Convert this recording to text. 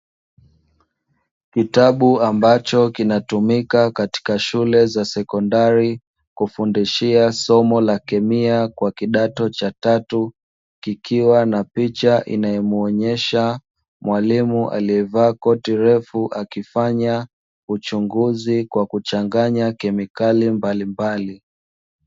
Kitabu ambacho kinatumika katika shule za sekondari, kufundishia somo la kemia kwa kidato cha tatu, kikiwa na picha inayomuonyesha mwalimu aliyevaa koti refu akifanya uchunguzi kwa kuchanganya kemikali mbalimbali.